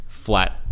flat